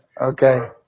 Okay